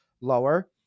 lower